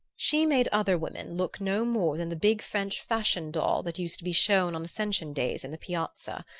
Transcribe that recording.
she made other women look no more than the big french fashion-doll that used to be shown on ascension days in the piazza.